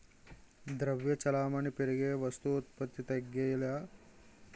ద్రవ్య చలామణి పెరిగి వస్తు ఉత్పత్తి తగ్గితే ద్రవ్యోల్బణం ఏర్పడుతుంది